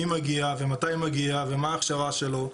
מי מגיע ומתי מגיע ומה ההכשרה שלו,